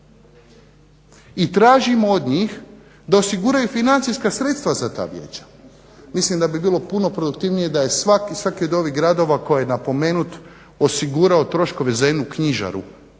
i tražimo od njih da osiguraju financijska sredstva za ta vijeća. Mislim da bi bilo puno produktivnije da je svaki od ovih gradova koji je napomenut osigurao troškove za jednu knjižaru